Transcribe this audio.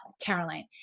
Caroline